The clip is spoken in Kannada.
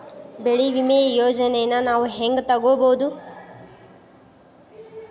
ಬೆಳಿ ವಿಮೆ ಯೋಜನೆನ ನಾವ್ ಹೆಂಗ್ ತೊಗೊಬೋದ್?